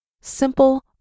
Simple